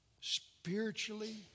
spiritually